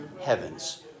heavens